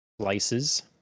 slices